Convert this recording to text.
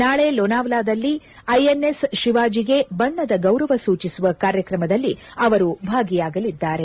ನಾಳೆ ಲೋನಾವಾಲಾದಲ್ಲಿ ಐಎನ್ಎಸ್ ಶಿವಾಜಿಗೆ ಬಣ್ಣದ ಗೌರವ ಸೂಚಿಸುವ ಕಾರ್ಯಕ್ರಮದಲ್ಲಿ ಅವರು ಭಾಗಿಯಾಗಲಿದ್ದಾರೆ